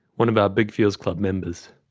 one of our big feels club members.